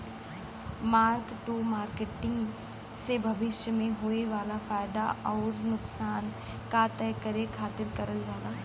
mark to market से भविष्य में होये वाला फयदा आउर नुकसान क तय करे खातिर करल जाला